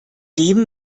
dem